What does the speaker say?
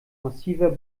massiver